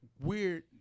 weird